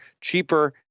cheaper